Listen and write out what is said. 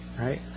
right